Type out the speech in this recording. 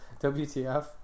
WTF